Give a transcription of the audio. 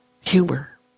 humor